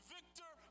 Victor